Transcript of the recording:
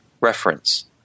reference